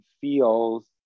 feels